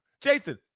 Jason